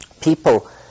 people